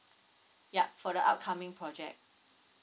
yup for the upcoming project